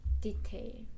detail